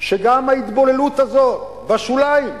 שגם ההתבוללות הזאת, בשוליים,